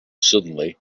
suddenly